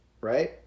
right